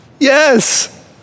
Yes